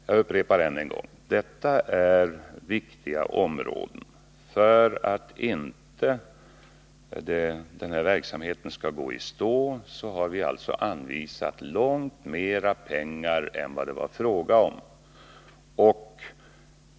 Jag upprepar än en gång: Detta är viktiga områden, och för att inte den här verksamheten skall gå i stå har regeringen anvisat långt mer pengar än vad det från början var fråga om.